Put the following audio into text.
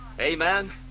Amen